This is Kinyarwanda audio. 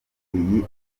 iyi